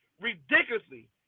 ridiculously